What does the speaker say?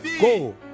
go